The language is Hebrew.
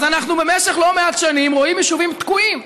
אז אנחנו במשך לא מעט שנים רואים יישובים תקועים.